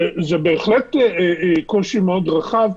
שזה בהחלט קושי מאוד רחב,